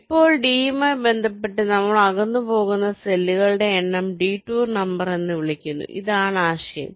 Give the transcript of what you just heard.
ഇപ്പോൾ ഡി യുമായി ബന്ധപ്പെട്ട് നമ്മൾ അകന്നുപോകുന്ന സെല്ലുകളുടെ എണ്ണം ഡിടൂർ നമ്പർ എന്ന് വിളിക്കുന്നു ഇതാണ് ആശയം